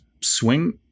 swing